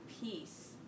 peace